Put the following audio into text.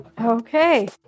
Okay